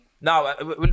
Now